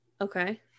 Okay